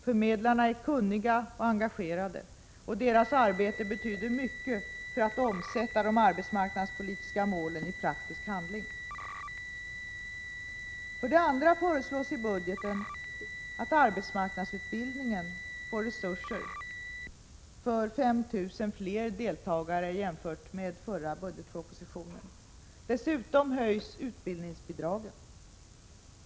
Förmedlarna är kunniga och engagerade och deras arbete betyder mycket för att omsätta arbetsmarknadspolitikens mål i praktisk handling. För det andra föreslås i budgeten att arbetsmarknadsutbildningen får resurser för 5 000 fler deltagare, jämfört med förra budgetpropositionen. Dessutom höjs utbildningsbidragen.